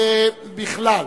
בכלל.